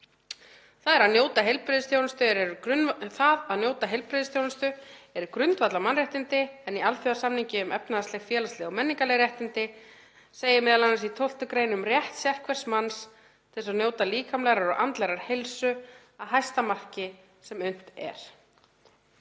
„Það að njóta heilbrigðisþjónustu eru grundvallarmannréttindi en í Alþjóðasamningi um efnahagsleg, félagsleg og menningarleg réttindi nr. 10/1979 segir m.a. í 12. gr. um „... rétt sérhvers manns til þess að njóta líkamlegrar og andlegrar heilsu að hæsta marki sem unnt er“.